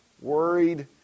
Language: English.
worried